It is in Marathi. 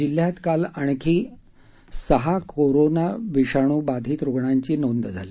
जिल्ह्यात काल आणखी सहा कोरोना विषाणू बाधित रुग्णांची नोंद झाली